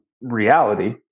reality